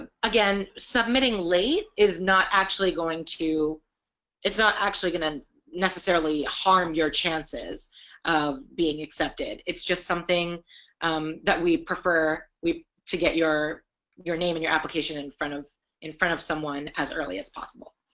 um again submitting late is not actually going to it's not actually going to necessarily harm your chances of being accepted it's just something that we prefer we to get your your name in your application in front of in front of someone as early as possible